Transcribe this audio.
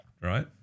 right